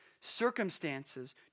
Circumstances